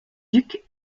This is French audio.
ducs